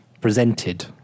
presented